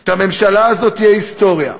שהממשלה הזאת תהיה היסטוריה,